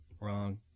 Wrong